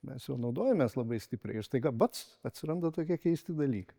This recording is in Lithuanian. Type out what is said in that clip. mes juo naudojamės labai stipriai ir staiga bac atsiranda tokie keisti dalykai